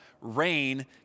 rain